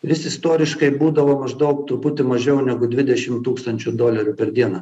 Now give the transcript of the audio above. vis istoriškai būdavo maždaug truputį mažiau negu videšim tūkstančių dolerių per dieną